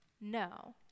No